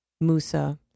Musa